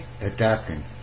adapting